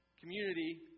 community